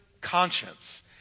conscience